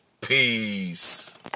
Peace